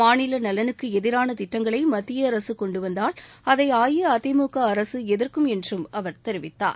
மாநில நலனுக்கு எதிரான திட்டங்களை மத்திய அரசு கொண்டு வந்தால் அதை அஇஅதிமுக அரசு எதிர்க்கும் என்றும் அவர் தெரிவித்தார்